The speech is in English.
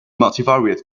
multivariate